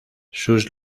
sus